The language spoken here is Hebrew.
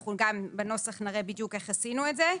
אנחנו גם בנוסח נראה בדיוק איך עשינו את זה.